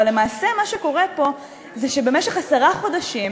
אבל למעשה מה שקורה פה זה שבמשך עשרה חודשים